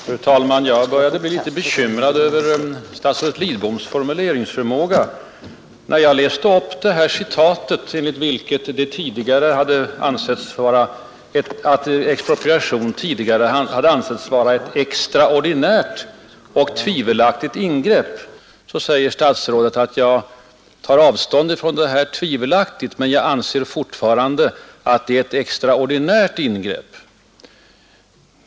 Fru talman! Jag börjar bli bekymrad över statsrådet Lidboms formuleringsförmåga. Med anledning av att jag återgav hans uttalande att expropriation tidigare hade ansetts vara ett ”extraordinärt” och ”tvivelaktigt” ingrepp, säger statsrådet att han tog avstånd från uppfattningen att det är ett tvivelaktigt ingrepp men att han fortfarande anser att det är ett extraordinärt ingrepp.